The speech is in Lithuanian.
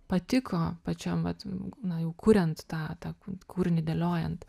patiko pačiam vat na jau kuriant tą tą kūrinį dėliojant